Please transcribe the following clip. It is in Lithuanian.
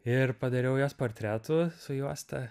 ir padariau jos portretų su juosta